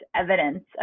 evidence